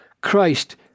Christ